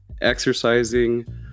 exercising